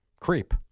creep